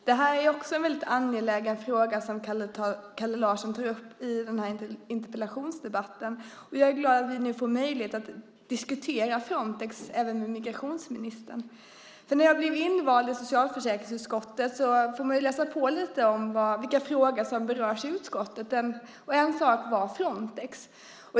Fru talman! Det är en mycket angelägen fråga som Kalle Larsson tar upp i sin interpellation, och jag är glad att vi nu får möjlighet att diskutera Frontex med migrationsministern. När jag blev invald i socialförsäkringsutskottet fick jag läsa på lite grann om de frågor som behandlas i utskottet. En sådan gällde Frontex.